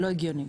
לא הגיוני.